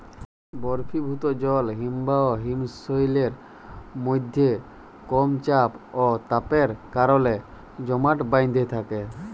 বরফিভুত জল হিমবাহ হিমশৈলের মইধ্যে কম চাপ অ তাপের কারলে জমাট বাঁইধ্যে থ্যাকে